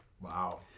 Wow